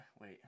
Wait